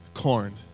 Corn